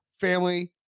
family